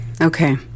Okay